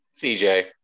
cj